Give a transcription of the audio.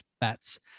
bets